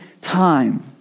time